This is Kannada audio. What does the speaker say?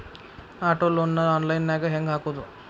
ಆಟೊ ಲೊನ್ ನ ಆನ್ಲೈನ್ ನ್ಯಾಗ್ ಹೆಂಗ್ ಹಾಕೊದು?